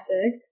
Six